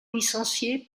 licencié